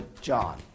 John